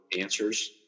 answers